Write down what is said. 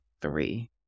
three